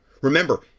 remember